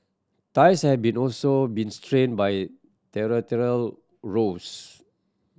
ties have been also been strained by territorial rows